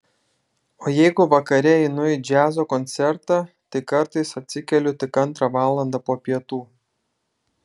o jeigu vakare einu į džiazo koncertą tai kartais atsikeliu tik antrą valandą po pietų